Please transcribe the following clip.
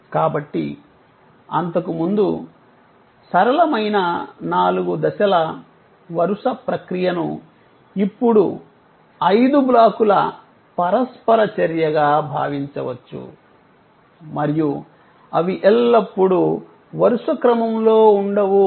కాబట్టి అంతకుముందు సరళమైన నాలుగు దశల వరుస ప్రక్రియను ఇప్పుడు ఐదు బ్లాకుల పరస్పర చర్యగా భావించవచ్చు మరియు అవి ఎల్లప్పుడూ వరుసక్రమంలో ఉండవు